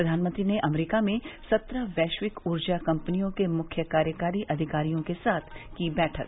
प्रधानमंत्री ने अमरीका में सत्रह वैश्विक ऊर्जा कंपनियों के मुख्य कार्यकारी अधिकारियों के साथ की बैठक